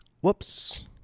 whoops